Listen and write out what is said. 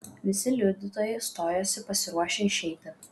visi liudytojai stojosi pasiruošę išeiti